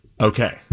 Okay